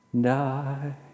die